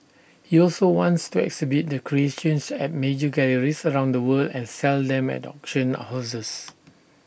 he also wants to exhibit the creations at major galleries around the world and sell them at auction houses